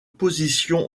position